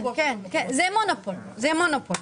זה מונופול.